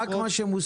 רק מה שמוסכם.